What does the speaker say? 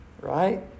Right